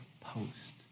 post